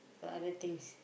for other things